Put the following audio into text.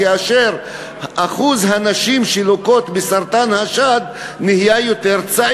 כאשר אחוז הנשים שלוקות בסרטן השד בגיל צעיר גבוה יותר,